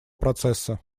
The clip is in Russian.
процесса